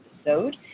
episode